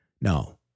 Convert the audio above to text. no